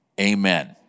Amen